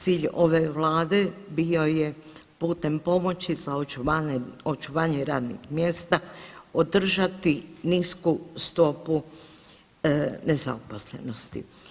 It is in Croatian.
Cilj ove Vlade bio je putem pomoći za očuvanje radnih mjesta održati nisku stopu nezaposlenosti.